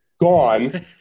Gone